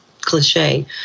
cliche